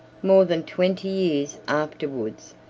more than twenty years afterwards,